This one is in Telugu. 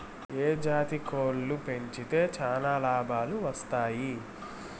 ఏ జాతి కోళ్లు పెంచితే చానా లాభాలు వస్తాయి?